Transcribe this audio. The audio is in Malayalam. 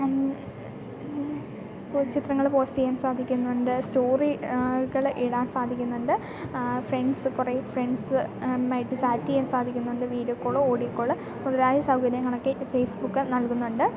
ചിത്രങ്ങൾ പോസ്റ്റ് ചെയ്യാൻ സാധിക്കുന്നുണ്ട് സ്റ്റോറി കൾ ഇടാൻ സാധിക്കുന്നുണ്ട് ഫ്രണ്ട്സ് കുറേ ഫ്രണ്ട്സ് മായിട്ട് ചാറ്റ് ചെയ്യാൻ സാധിക്കുന്നുണ്ട് വീഡിയോ കോള് ഓഡിയോ കോള് മുതലായ സൗകര്യങ്ങളൊക്കെ ഫേസ്ബുക്ക് നൽകുന്നുണ്ട്